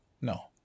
No